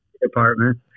Department